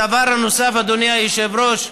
הדבר הנוסף, אדוני היושב-ראש,